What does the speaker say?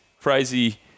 crazy